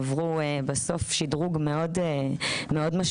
עברו בסוף שדרוג מאוד משמעותי.